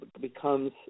becomes